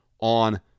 on